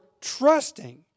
trusting